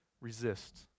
resist